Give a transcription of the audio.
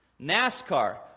NASCAR